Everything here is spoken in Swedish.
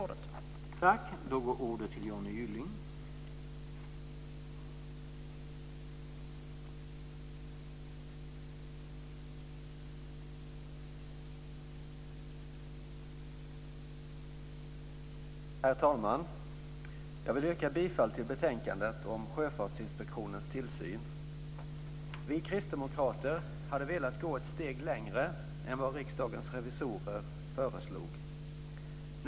Tack för ordet.